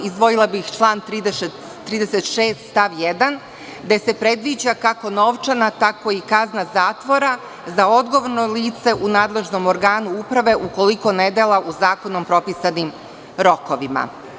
Izdvojila bih član 36. stav 1. gde se predviđa kako novčana, tako i kazna zatvora za odgovorno lice u nadležnom organu uprave ukoliko ne dela u zakonom propisanim rokovima.